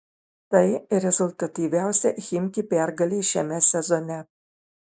tai rezultatyviausia chimki pergalė šiame sezone